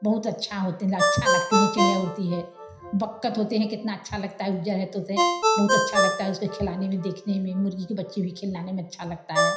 बहुत अच्छा होते अच्छा लगती हैं चिड़ियाँ उड़ती है बतत्ख होते हैं कितना अच्छा लगता है उजर है तोतें बहुत अच्छा लगता है उसको खिलाने में देखने में मुर्गी के बच्चे भी खिलाने में अच्छा लगता है